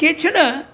केचन